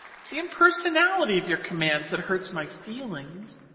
it's the impersonality of your commands that hurts my feelings.